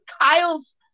Kyle's